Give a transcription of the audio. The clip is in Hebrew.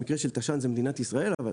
במקרה של תש"ן זו מדינת ישראל, אבל